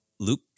Luke